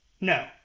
No